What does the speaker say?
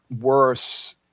worse